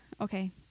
Okay